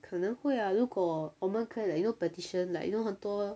可能会啊如果我们可以 like you know petition like you know 很多